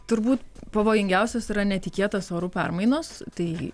turbūt pavojingiausias yra netikėtos orų permainos tai